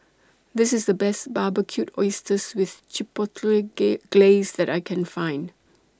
This IS The Best Barbecued Oysters with Chipotle Glaze that I Can Find